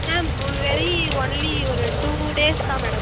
ஆ மு very only ஒரு two days தான் மேடம்